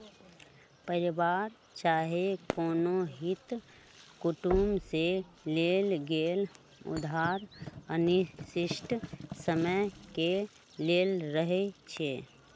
परिवार चाहे कोनो हित कुटुम से लेल गेल उधार अनिश्चित समय के लेल रहै छइ